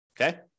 Okay